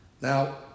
Now